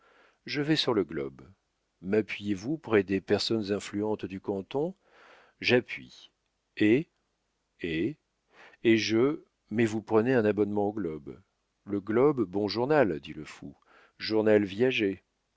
je vais sur le globe mappuyez vous près des personnes influentes du canton j'appuie et et et je mais vous prenez un abonnement au globe le globe bon journal dit le fou journal viager